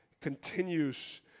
continues